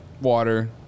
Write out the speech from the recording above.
water